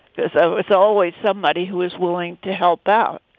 this ah was always somebody who is willing to help out.